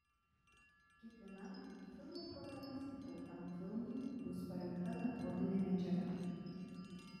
kiekvienam į filmų programas įtrauktam filmui bus parengta metodinė medžiaga